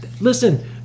Listen